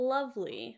Lovely